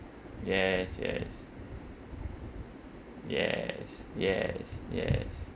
yes yes yes yes yes